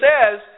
says